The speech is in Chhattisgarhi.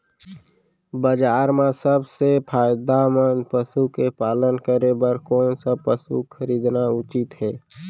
बजार म सबसे फायदामंद पसु के पालन करे बर कोन स पसु खरीदना उचित हे?